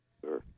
Sure